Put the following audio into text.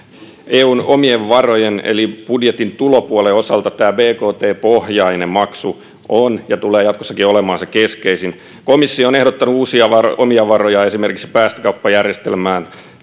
eun omien varojen eli budjetin tulopuolen osalta bkt pohjainen maksu on ja tulee jatkossakin olemaan se keskeisin komissio on ehdottanut uusia omia varoja esimerkiksi päästökauppajärjestelmään